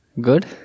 good